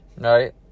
right